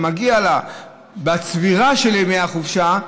שמגיעים לה בצבירה של ימי החופשה,